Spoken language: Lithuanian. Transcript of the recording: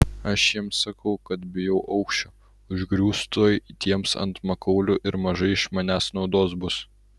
aš jiems sakau kad bijau aukščio užgriūsiu tuoj tiems ant makaulių mažai iš manęs naudos bus